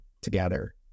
together